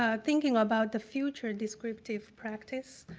um thinking about the future descriptive practice,